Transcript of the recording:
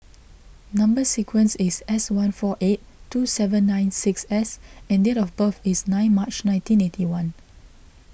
Number Sequence is S one four eight two seven nine six S and date of birth is nine March nineteen eight one